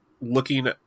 looking